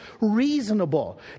reasonable